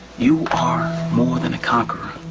you are more than a conqueror,